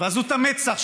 ועזות המצח,